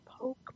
poke